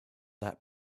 that